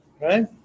right